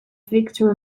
victor